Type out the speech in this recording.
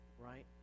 right